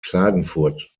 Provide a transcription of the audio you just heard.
klagenfurt